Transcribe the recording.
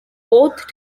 both